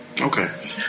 Okay